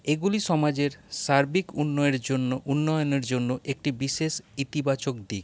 এগুলি সমাজের সার্বিক উন্নয়ের জন্য উন্নয়নের জন্য একটি বিশেষ ইতিবাচক দিক